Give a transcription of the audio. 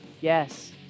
yes